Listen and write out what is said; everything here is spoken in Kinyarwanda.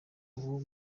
ubu